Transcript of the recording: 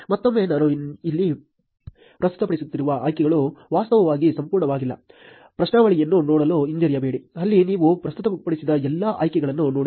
ಮತ್ತೊಮ್ಮೆ ನಾನು ಇಲ್ಲಿ ಪ್ರಸ್ತುತಪಡಿಸುತ್ತಿರುವ ಆಯ್ಕೆಗಳು ವಾಸ್ತವವಾಗಿ ಸಂಪೂರ್ಣವಾಗಿಲ್ಲ ಪ್ರಶ್ನಾವಳಿಯನ್ನು ನೋಡಲು ಹಿಂಜರಿಯಬೇಡಿ ಅಲ್ಲಿ ನೀವು ಪ್ರಸ್ತುತಪಡಿಸಿದ ಎಲ್ಲಾ ಆಯ್ಕೆಗಳನ್ನು ನೋಡುತ್ತೀರಿ